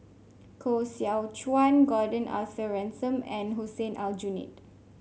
Koh Seow Chuan Gordon Arthur Ransome and Hussein Aljunied